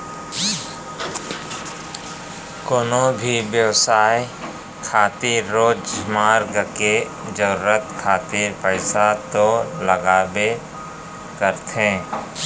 कोनो भी बेवसाय खातिर रोजमर्रा के जरुरत खातिर पइसा तो लगबे करथे